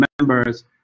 members